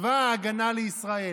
צבא ההגנה לישראל.